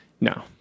No